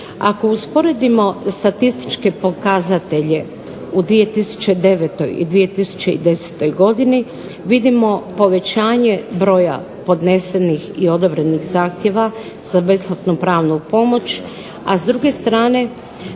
Ako usporedimo statističke pokazatelje u 2009. i 2010. godini vidimo povećanje broja podnesenih i odobrenih zahtjeva za besplatnu pravnu pomoć, a s druge strane